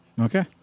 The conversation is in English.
Okay